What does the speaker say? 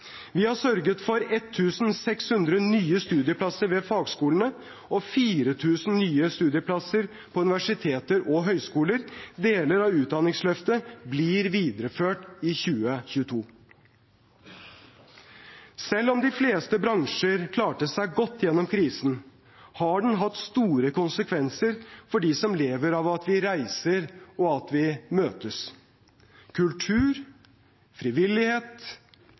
Vi har sørget for 1 600 nye studieplasser ved fagskolene og 4 000 nye studieplasser på universiteter og høyskoler. Deler av Utdanningsløftet blir videreført i 2022. Selv om de fleste bransjer klarte seg godt gjennom krisen, har den hatt store konsekvenser for dem som lever av at vi reiser, og at vi møtes. Kultur-,